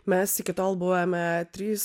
mes iki tol buvome trys